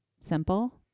simple